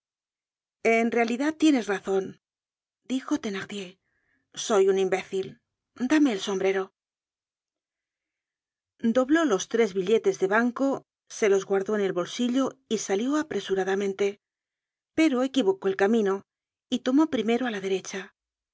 en realidad tienes razon dijo thenardier soy un imbécil dáme el sombrero dobló los tres billetes de banco se los guardó en el bolsillo y salió apresuradamente pero equivocó el camino y tomó primero á la derecha